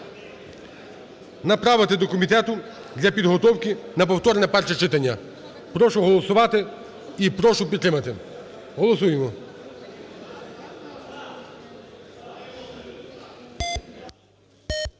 направити до комітету для підготовки на повторне перше читання. Прошу голосувати і прошу підтримати. Голосуємо.